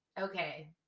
okay